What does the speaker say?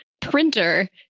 Printer